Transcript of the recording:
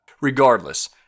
Regardless